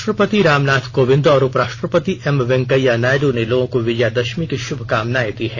राष्ट्रपति रामनाथ कोविंद और उपराष्ट्रपति एम वेंकैया नायडु ने लोगों को विजयदशमी की शुभकामनाएं दी है